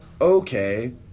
okay